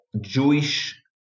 Jewish